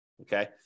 Okay